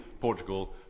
Portugal